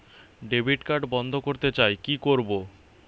Debit card বন্ধ করতে চাই কি করব?